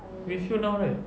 with you now right